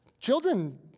Children